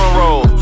roll